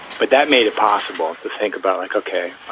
but that made it possible to think about like, ok,